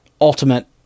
ultimate